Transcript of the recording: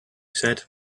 said